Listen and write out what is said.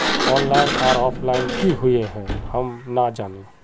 Online आर offline की हुई है हम ना जाने?